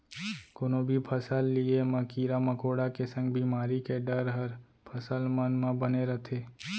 कोनो भी फसल लिये म कीरा मकोड़ा के संग बेमारी के डर हर फसल मन म बने रथे